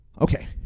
Okay